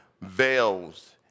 veils